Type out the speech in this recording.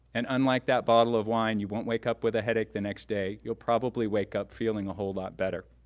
and unlike that bottle of wine, you won't wake up with a headache the next day, you'll probably wake up feeling a whole lot better.